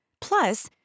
Plus